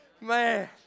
Man